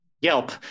Yelp